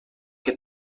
que